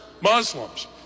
Muslims